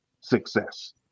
success